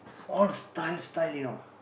all style style you know